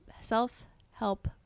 self-help